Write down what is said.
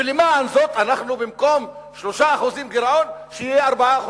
ולמען זאת, במקום 3% גירעון, שיהיה 4%,